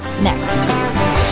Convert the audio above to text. Next